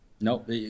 Nope